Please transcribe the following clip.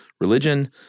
Religion